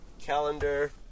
Calendar